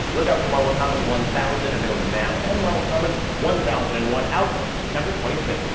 look out for marvel comics one thousand available now and marvel comics one thousand and one out on september twenty fifth.